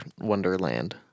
wonderland